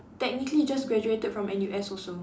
technically just graduated from N_U_S also